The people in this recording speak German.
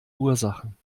ursachen